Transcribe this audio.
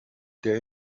der